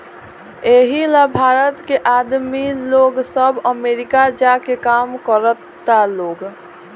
एही ला भारत के आदमी लोग सब अमरीका जा के काम करता लोग